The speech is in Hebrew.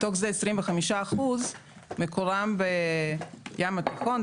מתוך זה 25 אחוזים מקורם בים התיכון,